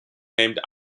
named